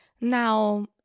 Now